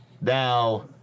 Now